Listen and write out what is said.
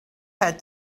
had